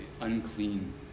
unclean